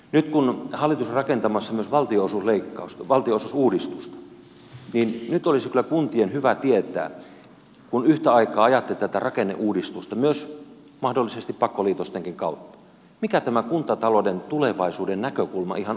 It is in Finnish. nyt kun hallitus on rakentamassa myös valtionosuusuudistusta niin olisi kyllä kuntien hyvä tietää kun yhtä aikaa ajatte tätä rakenneuudistusta myös mahdollisesti pakkoliitostenkin kautta mikä tämä kuntatalouden tulevaisuuden näkökulma ihan oikeasti tulee olemaan